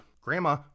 Grandma